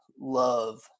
love